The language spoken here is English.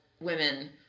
women